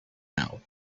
now